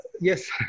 yes